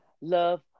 love